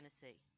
Tennessee